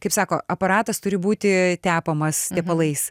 kaip sako aparatas turi būti tepamas tepalais